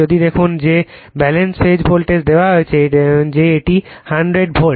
যদি দেখুন যে ব্যালান্সড ফেজ ভোল্টেজ দেওয়া আছে যে এটি 100 ভোল্ট